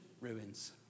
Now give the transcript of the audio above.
ruins